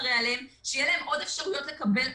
שתתחרה עליהם, שתהיה להם עוד אפשרויות לקבל אשראי.